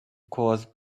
cause